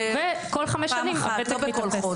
וכל חמש השנים הוותק מתאפס.